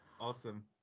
awesome